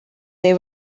they